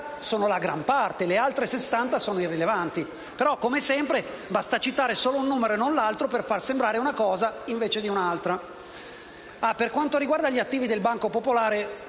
sono la gran parte; le altre 60 sono irrilevanti. Come sempre, però, basta citare solo un numero e non l'altro per far sembrare una cosa invece di un'altra. Per quanto riguarda gli attivi del Banco Popolare,